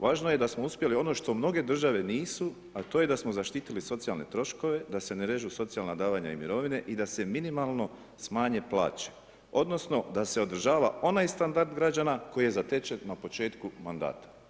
Važno je da smo uspjeli ono što mnoge države nisu, a to je da smo zaštitili socijalne troškove da se ne režu socijalna davanja i mirovine i da se minimalno smanje plaće odnosno da se održava onaj standard građana koji je zatečen na početku mandata.